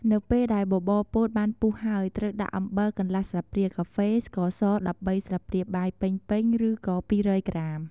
នៅពេលដែលបបរពោតបានពុះហើយ ត្រួវដាក់អំបិលកន្លះស្លាបព្រាកាហ្វេ ស្ករស១៣ស្លាបព្រាបាយពេញៗ ឬក៏២០០ក្រាម។